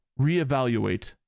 reevaluate